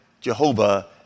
Jehovah